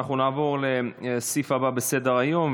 אנחנו נעבור לסעיף הבא בסדר-היום,